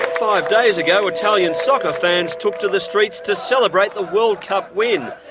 five days ago italian soccer fans took to the streets to celebrate the world cup win.